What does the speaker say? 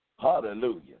Hallelujah